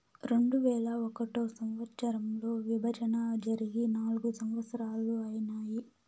రెండువేల ఒకటో సంవచ్చరంలో విభజన జరిగి నాల్గు సంవత్సరాలు ఐనాయి